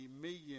million